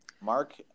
Mark